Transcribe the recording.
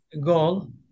goal